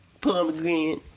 pomegranate